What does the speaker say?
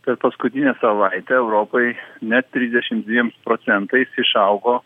per paskutinę savaitę europoj net trisdešim dviems procentais išaugo